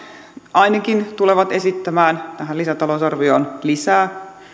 ainakin tulevat esittämään tähän lisätalousarvioon lisää